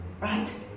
right